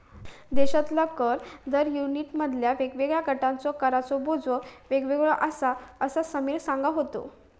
देशातल्या कर दर युनिटमधल्या वेगवेगळ्या गटांवरचो कराचो बोजो वेगळो आसा, असा समीर सांगा होतो